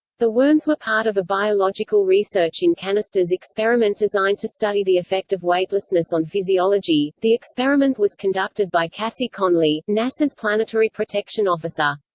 the worms were part of a biological research in canisters experiment designed to study the effect of weightlessness on physiology the experiment was conducted by cassie conley, nasa's planetary protection officer.